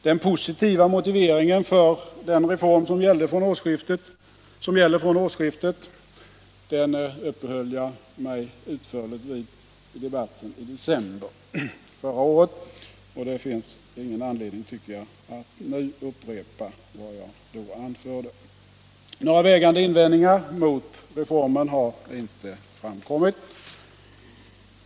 Den positiva motiveringen för den reform som gäller från årsskiftet uppehöll jag mig utförligt vid i debatten i december förra året, och det finns ingen anledning, tycker jag, att nu upprepa vad jag då anförde. Några vägande invändningar mot reformen har inte framkommit.